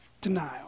denial